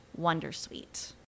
wondersuite